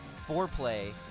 Foreplay